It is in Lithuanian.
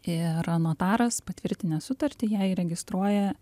ir notaras patvirtinęs sutartį ją įregistruoja